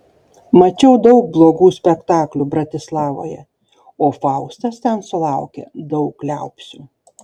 mačiau daug blogų spektaklių bratislavoje o faustas ten sulaukė daug liaupsių